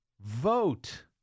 Vote